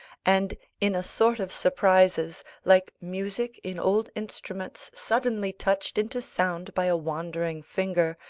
and in a sort of surprises, like music in old instruments suddenly touched into sound by a wandering finger,